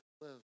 live